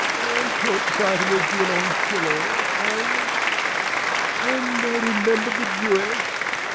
i caught sight of that violoncello, and and i remembered the jewess.